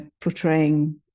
portraying